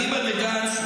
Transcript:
אליבא דגנץ,